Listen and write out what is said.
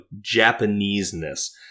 Japanese-ness